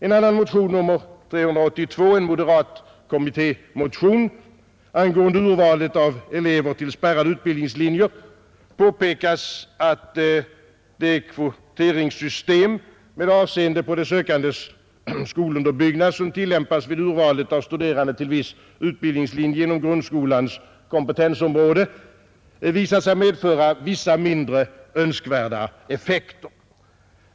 I motionen 382, en moderat kommittémotion, angående urvalet av elever till spärrade utbildningslinjer påpekas att det kvoteringssystem med avseende på de sökandes skolunderbyggnad som tillämpas vid urvalet av studerande till viss utbildningslinje inom grundskolans kompetensområde har visat sig medföra vissa mindre önskvärda effekter.